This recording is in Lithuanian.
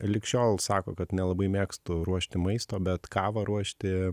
lig šiol sako kad nelabai mėgstu ruošti maisto bet kavą ruošti